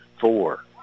four